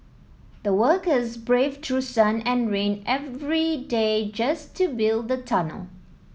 the workers braved through sun and rain every day just to build the tunnel